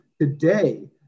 Today